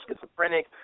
schizophrenic